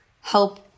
help